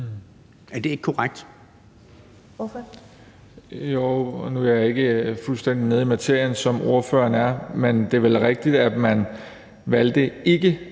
Er det ikke korrekt?